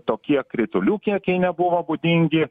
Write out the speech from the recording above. tokie kritulių kiekiai nebuvo būdingi